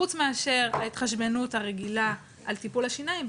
חוץ מאשר ההתחשבנות הרגילה על טיפולי שיניים,